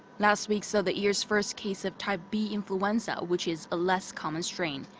last week saw the year's first case of type b influenza, which is a less common strain.